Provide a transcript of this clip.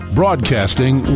broadcasting